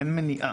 אין מנעיה.